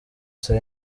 saa